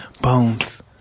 bones